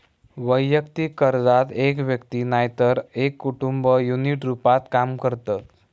वैयक्तिक कर्जात एक व्यक्ती नायतर एक कुटुंब युनिट रूपात काम करतत